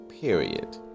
Period